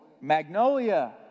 Magnolia